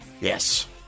Yes